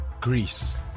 Greece